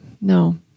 no